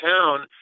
town